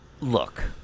Look